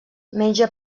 menja